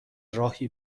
راهی